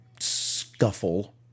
scuffle